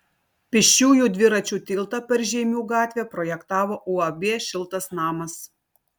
pėsčiųjų dviračių tiltą per žeimių gatvę projektavo uab šiltas namas